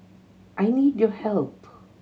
I need your help